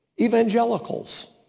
evangelicals